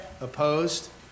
Opposed